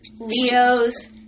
Leo's